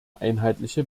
einheitliche